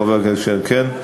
חבר הכנסת, כן?